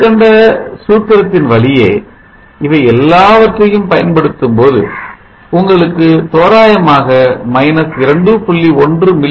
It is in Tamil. மேற்கண்ட சூத்திரத்தின் வழியே இவை எல்லாவற்றையும் பயன்படுத்தும்போது உங்களுக்கு தோராயமாக 2